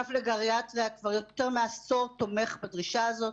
האגף לגריאטריה כבר יותר מעשור תומך בדרישה הזאת.